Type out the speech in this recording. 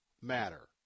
matter